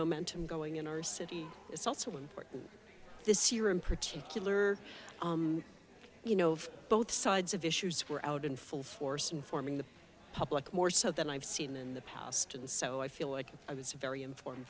momentum going in our city it's also important this year in particular you know of both sides of issues we're out in full force informing the public more so than i've seen in the past and so i feel like i was very i